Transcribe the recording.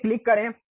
हमें क्लिक करें